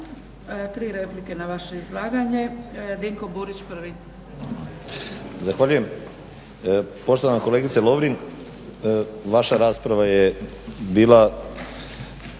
Tri replike na vaše izlaganje. Dinko Burić, prvi.